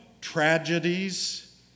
tragedies